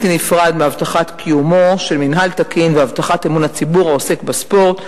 נפרד מהבטחת קיומו של מינהל תקין והבטחת אמון הציבור העוסק בספורט.